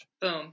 Boom